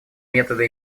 методы